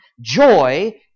joy